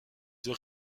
deux